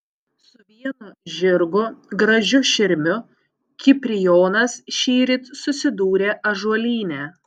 su vienu žirgu gražiu širmiu kiprijonas šįryt susidūrė ąžuolyne